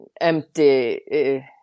empty